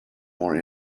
more